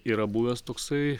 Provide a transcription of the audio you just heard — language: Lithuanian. yra buvęs toksai